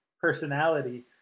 personality